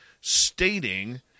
stating